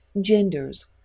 genders